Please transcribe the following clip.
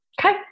Okay